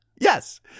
Yes